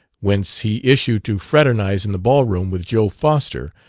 whence he issued to fraternize in the ball-room with joe foster,